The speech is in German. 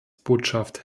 botschaft